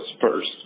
first